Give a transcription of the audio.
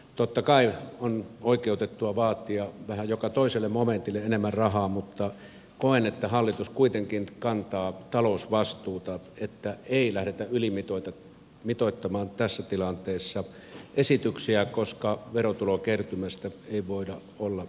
totta kai on oikeutettua vaatia vähän joka toiselle momentille enemmän rahaa mutta koen että hallitus kuitenkin kantaa talousvastuuta niin että ei lähdetä ylimitoittamaan tässä tilanteessa esityksiä koska verotulokertymästä ei voida olla varmoja